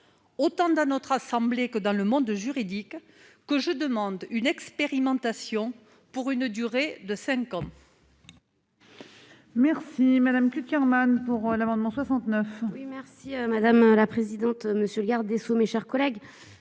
autant dans notre assemblée que dans le monde juridique, que je demande une expérimentation pour une durée de cinq ans.